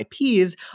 IPs